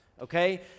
okay